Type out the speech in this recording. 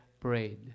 prayed